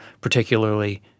particularly